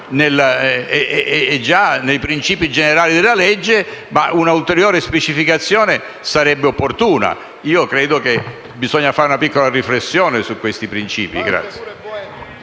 è già nei principi generali della legge. Ma un'ulteriore specificazione sarebbe opportuna. Credo occorra fare una piccola riflessione su questi principi.